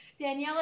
Daniela